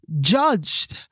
judged